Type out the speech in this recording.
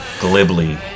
glibly